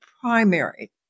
primary